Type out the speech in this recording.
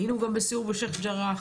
היינו גם בסיור בשייח ג'ראח.